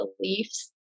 beliefs